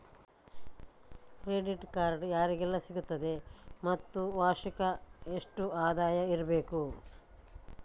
Credit card ಯಾರಿಗೆಲ್ಲ ಸಿಗುತ್ತದೆ ಮತ್ತು ವಾರ್ಷಿಕ ಎಷ್ಟು ಆದಾಯ ಇರಬೇಕು?